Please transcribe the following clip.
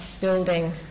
building